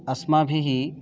अस्माभिः